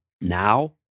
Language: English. now